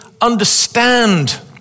understand